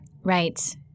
Right